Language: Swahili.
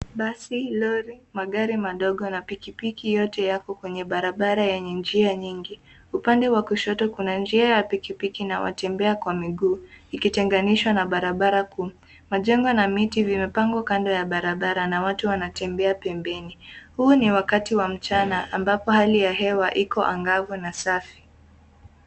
Basi, lori, magari madogo na pikipiki yote yako kwenye barabara yenye njia nyingi. Upande wa kushoto kuna njia ya pikipiki na watembea kwa miguu, ikitenganishwa na barabara kuu. Majengo na miti vimepangwa kando ya barabara na watu wanatembea pembeni. Huu ni wakati wa mchana ambapo hali ya hewa iko angavu na safi.